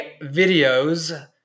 videos